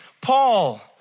Paul